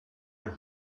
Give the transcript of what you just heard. long